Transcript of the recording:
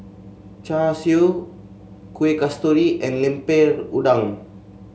Char Siu Kueh Kasturi and Lemper Udang